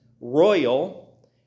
royal